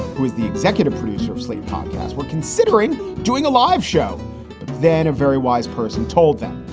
was the executive producer of slate podcasts we're considering doing a live show then a very wise person told them,